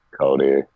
Cody